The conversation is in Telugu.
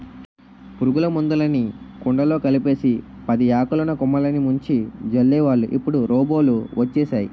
పురుగుల మందులుని కుండలో కలిపేసి పదియాకులున్న కొమ్మలిని ముంచి జల్లేవాళ్ళు ఇప్పుడు రోబోలు వచ్చేసేయ్